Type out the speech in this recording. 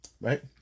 right